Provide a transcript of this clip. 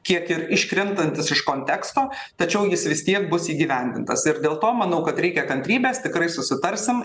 kiek ir iškrintantis iš konteksto tačiau jis vis tiek bus įgyvendintas ir dėl to manau kad reikia kantrybės tikrai susitarsim